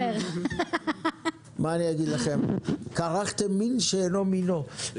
מה אני אגיד לכם, כרכתם מין בשאינו מינו.